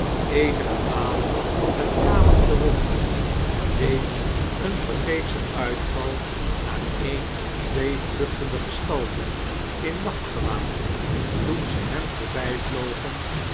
eenige malen het kamertje rond deed een vergeefschen uitval nar een of twee vlueshtende gestaltea in nacht'gewaad toen ze hem